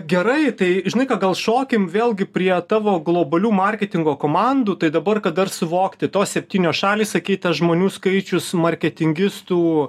gerai tai žinai ką gal šokim vėlgi prie tavo globalių marketingo komandų tai dabar kad dar suvokti tos septynios šalys sakyta žmonių skaičius marketingistų